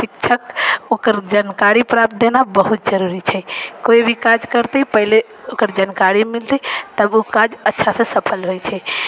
शिक्षक ओकरा जानकारी प्राप्त देना बहुत जरूरी छै कोइ भी काज करतै पहिले ओकर जानकारी मिलतै तब ओ काज अच्छा से सफल रहै छै